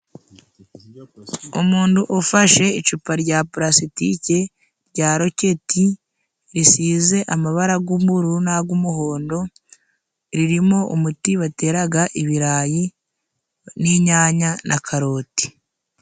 Umuntu ufashe icupa rya palasitike rya roketi risize amabara g'umururu n'ag'umuhondo, ririmo umuti bateraga ibirayi n'inyanya na Karoti.